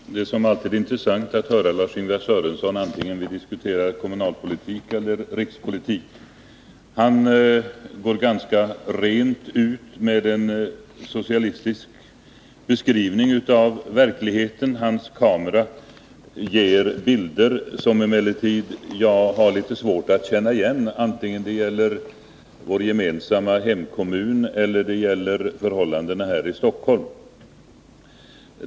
Herr talman! Det är alltid intressant att höra Lars-Ingvar Sörensons inlägg, vare sig diskussionen gäller kommunalpolitik eller rikspolitik. Han går ganska rakt ut med en socialistisk beskrivning av verkligheten. Hans kamera ger emellertid bilder som jag har litet svårt att känna igen, oavsett om de föreställer vår gemensamma hemkommun eller förhållandena här i Stockholm.